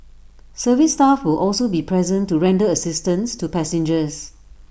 service staff will also be present to render assistance to passengers